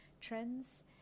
trends